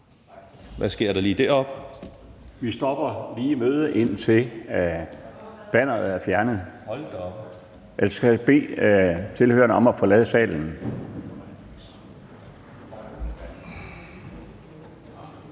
(Bjarne Laustsen): Vi stopper lige mødet, indtil banneret er fjernet. Jeg skal bede tilhørerne om at forlade salen.